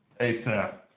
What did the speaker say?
ASAP